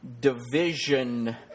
division